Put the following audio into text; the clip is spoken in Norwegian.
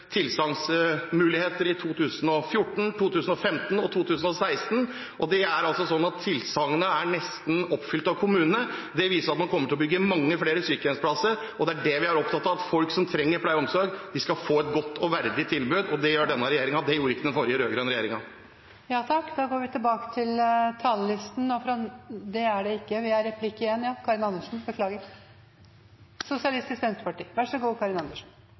plasser i 2014, 2015 og 2016, og det er altså sånn at kvoten for tilsagn nesten er fylt opp av kommunene. Det viser at man kommer til å bygge mange flere sykehjemsplasser. Det er det vi er opptatt av, at folk som trenger pleie og omsorg, skal få et godt og verdig tilbud. Det sørger denne regjeringen for, det gjorde ikke den rød-grønne regjeringen. SV mener at enhver krone vi bevilger til eldreomsorg, skal gå til god omsorg. Derfor tør vi ta kampen mot velferdsprofittører som tar penger ut av eldreomsorgen – penger som kunne vært brukt til flere ansatte og